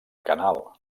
canal